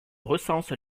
recense